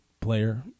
player